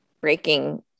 breaking